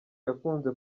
yakunze